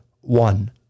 one